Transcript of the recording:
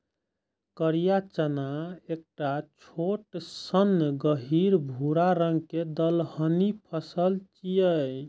करिया चना एकटा छोट सन गहींर भूरा रंग के दलहनी फसल छियै